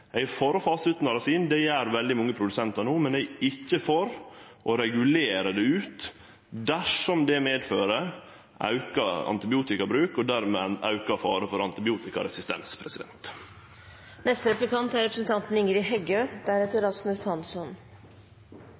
for å fase ut narasin – det gjer veldig mange produsentar no – men eg er ikkje for å regulere det ut dersom det medfører auka antibiotikabruk, og dermed ein auka fare for antibiotikaresistens.